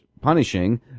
punishing